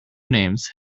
names